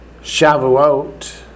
Shavuot